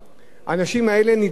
ומחוסר ברירה,